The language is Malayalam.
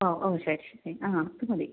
ഓ ഓ ശരി ശരി ആ അതുമതി